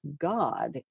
God